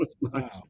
Wow